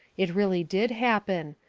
it really did happen.